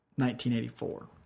1984